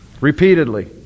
Repeatedly